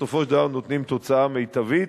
בסופו של דבר נותן תוצאה מיטבית.